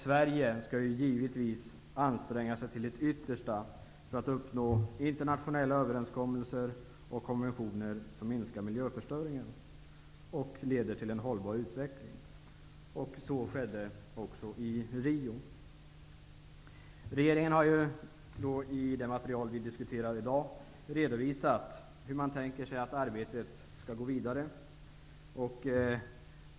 Sverige skall givetvis anstränga sig till det yttersta för att efterleva de internationella överenskommelser och konventioner som minskar miljöförstöringen och leder till en hållbar utveckling. Detta fastslogs också i Rio. Regeringen har i sin skrivelse redovisat hur man tänker sig att arbetet skall gå vidare.